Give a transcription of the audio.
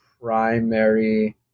primary